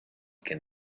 can